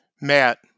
Matt